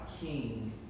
King